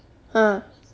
ugh